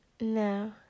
No